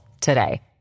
today